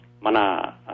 Mana